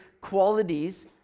qualities